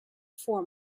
four